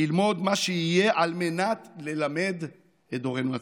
ללמוד מה שיהיה על מנת ללמד את דורנו הצעיר,